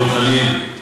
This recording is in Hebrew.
ודב חנין,